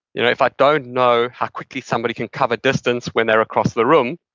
you know if i don't know how quickly somebody can cover distance when they're across the room,